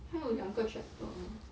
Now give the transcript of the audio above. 还有两个 chapter